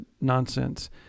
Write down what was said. nonsense